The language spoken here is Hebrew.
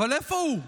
אבל איפה הוא?